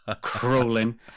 crawling